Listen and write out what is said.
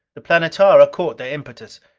the planetara caught their impetus.